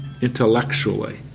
intellectually